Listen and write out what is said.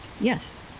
Yes